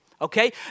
okay